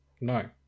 no